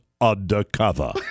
undercover